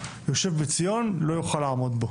היושב בציון לא יוכל לעמוד בו.